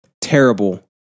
terrible